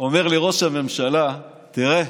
אומר לראש הממשלה: תראה,